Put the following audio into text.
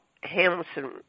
Hamilton